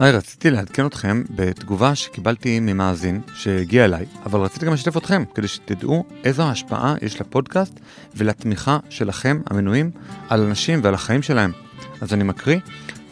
היי, רציתי לעדכן אתכם בתגובה שקיבלתי ממאזין שהגיעה אליי, אבל רציתי גם לשתף אתכם כדי שתדעו איזו ההשפעה יש לפודקאסט ולתמיכה שלכם המנויים על אנשים ועל החיים שלהם. אז אני מקריא,